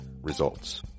Results